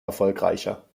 erfolgreicher